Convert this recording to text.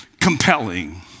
compelling